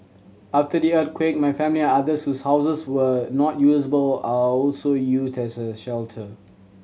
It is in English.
after the earthquake my family and others shoes houses were not usable are also used as a shelter